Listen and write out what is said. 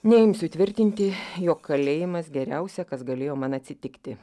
neimsiu tvirtinti jog kalėjimas geriausia kas galėjo man atsitikti